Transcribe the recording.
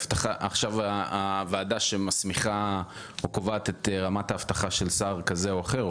עכשיו הוועדה שמסמיכה או קובעת את רמת האבטחה של שר כזה או אחר,